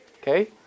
okay